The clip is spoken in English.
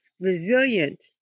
resilient